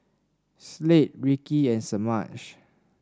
Slade Ricci and Semaj